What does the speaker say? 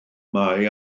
mae